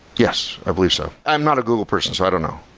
yes, i believe so. i'm not a google person, so i don't know.